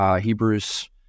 Hebrews